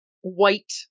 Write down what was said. white